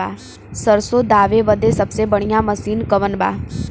सरसों दावे बदे सबसे बढ़ियां मसिन कवन बा?